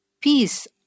peace